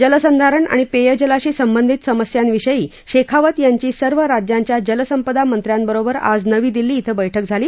जलसंधारण आणि प्रस्जलाशी संबंधित समस्यांविषयी शखीवत यांची सर्व राज्यांच्या जलसंपदा मंत्र्यांबरोबर आज नवी दिल्ली क्विं बैठक झाली